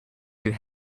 could